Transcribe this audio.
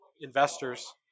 investors